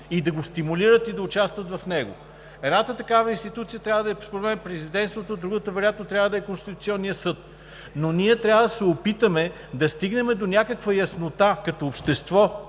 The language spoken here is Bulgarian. да го стимулират и да участват в него. Едната такава институция според мен трябва да е Президентството, другата вероятно трябва да е Конституционният съд, но ние трябва да се опитаме да стигнем до някаква яснота като общество,